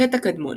החטא הקדמון